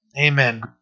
Amen